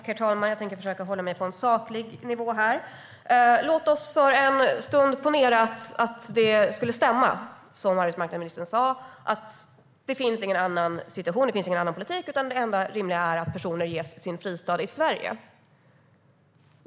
Herr talman! Jag tänker försöka hålla mig på en saklig nivå. Låt oss för en stund ponera att det skulle stämma som arbetsmarknadsministern sa, att det inte finns någon annan situation eller annan politik, utan det enda rimliga är att personer ges sin fristad i Sverige.